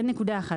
זה נקודה אחת.